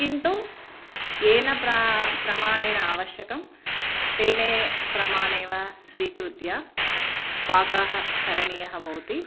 किन्तु येन प्रा प्रमाणेन आवश्यकं तेन प्रमाणेन वा स्वीकृत्य पाकाः करणीयाः भवति